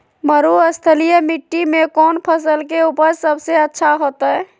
मरुस्थलीय मिट्टी मैं कौन फसल के उपज सबसे अच्छा होतय?